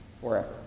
forever